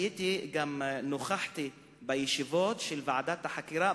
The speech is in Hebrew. וגם נכחתי בישיבות של ועדת החקירה,